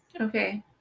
Okay